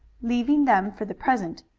leaving them for the present,